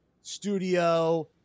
studio